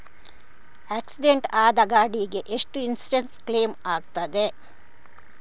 Accident ಆದ ಗಾಡಿಗೆ ಎಷ್ಟು ಇನ್ಸೂರೆನ್ಸ್ ಕ್ಲೇಮ್ ಆಗ್ತದೆ?